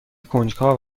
کنجکاو